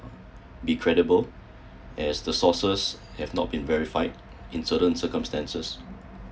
be credible as the sources have not been verified in certain circumstances